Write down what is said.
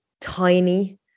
tiny